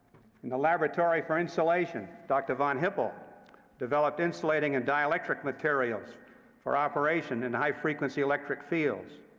in the laboratory for insulation, dr. von hippel developed insulating and dielectric materials for operation in high-frequency electric fields.